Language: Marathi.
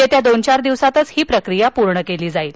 येत्या दोन चार दिवसातच ही प्रक्रिया पूर्ण केली जाईल